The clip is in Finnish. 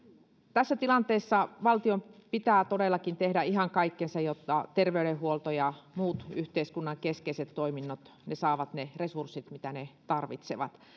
tässä tilanteessa valtion pitää todellakin tehdä ihan kaikkensa jotta terveydenhuolto ja muut yhteiskunnan keskeiset toiminnot saavat ne resurssit mitä ne tarvitsevat